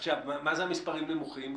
מה זה מספרים נמוכים?